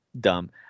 dumb